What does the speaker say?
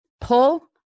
pull